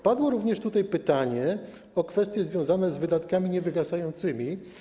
Padło również pytanie o kwestie związane z wydatkami niewygasającymi.